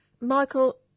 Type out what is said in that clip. Michael